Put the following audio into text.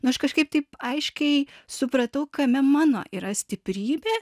nu aš kažkaip taip aiškiai supratau kame mano yra stiprybė